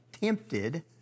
tempted